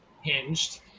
hinged